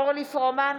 אורלי פרומן,